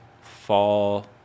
fall